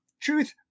truth